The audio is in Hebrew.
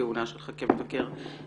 הכהונה שלך כמבקר פנים.